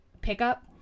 pickup